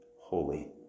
holy